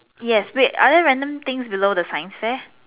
yes wait are there random things below the science fair